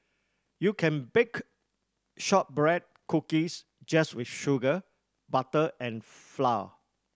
you can bake shortbread cookies just with sugar butter and flour